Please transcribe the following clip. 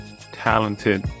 talented